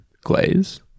glaze